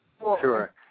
sure